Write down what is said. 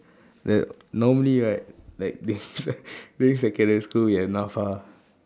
that normally right like during secondary school you have Napfa